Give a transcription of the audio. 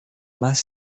más